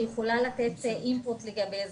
יכולה לתת אינפוט לגבי זה.